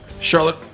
Charlotte